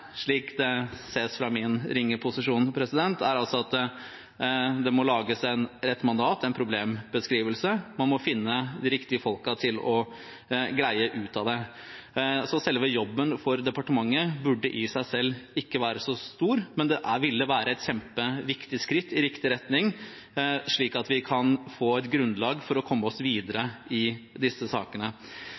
slik det ses fra min ringe posisjon – er altså at det må lages et mandat og en problembeskrivelse, og man må finne de riktige folkene til å greie ut av det. Så selve jobben for departementet burde i seg selv ikke være så stor, men det ville være et kjempeviktig skritt i riktig retning, slik at vi kan få et grunnlag for å komme oss videre i disse sakene.